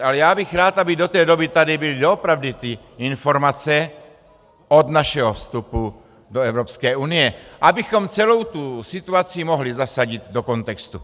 Ale já bych rád, aby do té doby tady byly doopravdy ty informace od našeho vstupu do Evropské unie, abychom celou tu situaci mohli zasadit do kontextu.